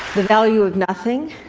the value of nothing